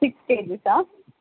six కేజీసా